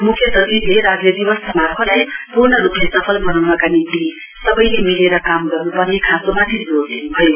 मुख्य सचिवले राज्य दिवस समारोहलाई पूर्ण रूपले सफल बनाउनका निम्ति सबैले मिलेर काम गर्नुपर्ने खाँचोमाथि जोड़ दिनुभयो